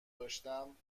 داشتم